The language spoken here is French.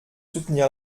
soutenir